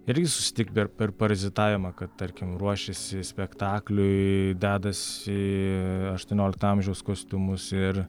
irgi susitikt per per parazitavimą kad tarkim ruošiasi spektakliui dedasi aštuoniolikto amžiaus kostiumus ir